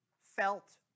felt